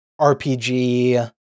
RPG